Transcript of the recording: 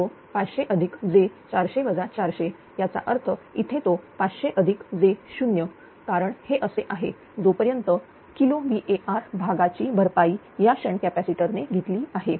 तो 500j याचा अर्थ इथे तो 500j0 कारण हे असे आहे जोपर्यंत किलो VAr भागाची भरपाई या शंट कॅपॅसिटर ने घेतली आहे